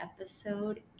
episode